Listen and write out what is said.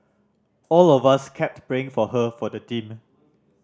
all of us kept praying for her for the team